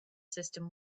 system